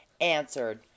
answered